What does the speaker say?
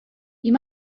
you